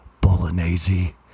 bolognese